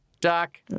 Doc